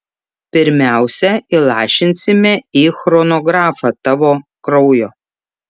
pirmiausia įlašinsime į chronografą tavo kraujo